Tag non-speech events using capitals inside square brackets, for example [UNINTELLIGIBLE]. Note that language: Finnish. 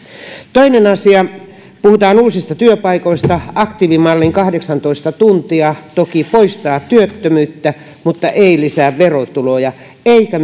toinen asia puhutaan uusista työpaikoista aktiivimallin kahdeksantoista tuntia toki poistaa työttömyyttä mutta ei lisää verotuloja eikä [UNINTELLIGIBLE]